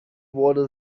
wurde